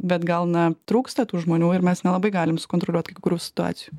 bet gal na trūksta tų žmonių ir mes nelabai galim sukontroliuot kai kurių situacijų